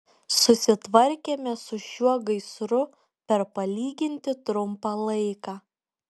susitvarkėme su šiuo gaisru per palyginti trumpą laiką